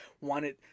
wanted